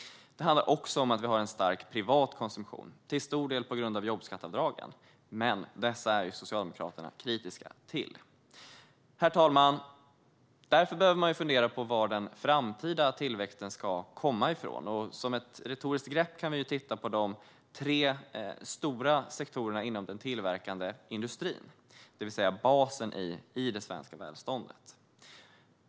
För det tredje har vi en stark privat konsumtion. Detta beror till stor del jobbskatteavdragen, men dessa är ju Socialdemokraterna kritiska till. Herr talman! Man behöver därför fundera på var den framtida tillväxten ska komma ifrån. Som ett retoriskt grepp kan vi titta på de tre stora sektorerna inom den tillverkande industrin, det vill säga basen i det svenska välståndet.